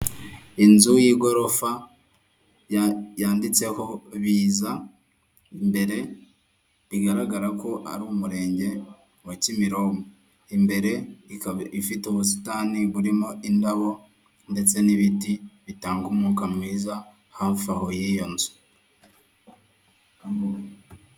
Inzu y'igorofa yanyanditseho, imbere igaragara ko ari umurenge wa kimironko. Imbere ikaba ifite ubusitani burimo indabo, ndetse n'ibiti bitanga umwuka mwiza hafi aho y'iyo nzu.